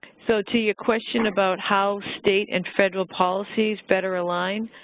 so to your question about how state and federal policies better align.